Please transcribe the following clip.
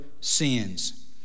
sins